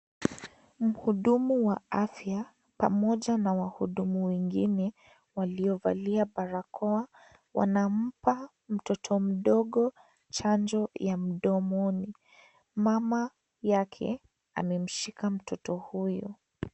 Mhudumu wa afya, pamoja na wahudumu wengine, walio valia barakoa, wanampa mtoto mdogo chanjo ya mdomoni mama yake amemshika mtoto huyo.